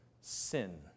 sin